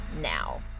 now